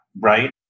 right